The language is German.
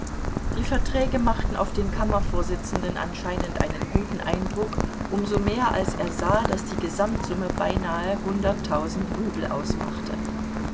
die verträge machten auf den kammervorsitzenden anscheinend einen guten eindruck um so mehr als er sah daß die gesamtsumme beinahe hunderttausend rubel ausmachte